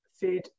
food